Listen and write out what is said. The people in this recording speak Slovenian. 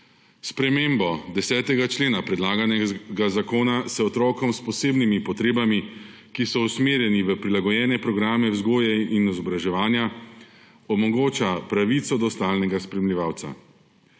spremembo 10. člena predlaganega zakona se otrokom s posebnimi potrebami, ki so usmerjeni v prilagojene programe vzgoje in izobraževanja, omogoča pravico do stalnega spremljevalca.